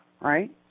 right